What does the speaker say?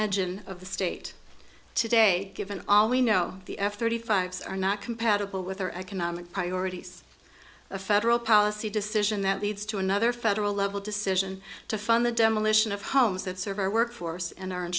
engine of the state today given all we know the f thirty five are not compatible with our economic priorities a federal policy decision that leads to another federal level decision to fund the demolition of homes that serve our workforce and are in